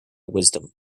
wisdom